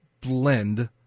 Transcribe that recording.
blend